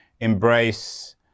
embrace